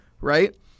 right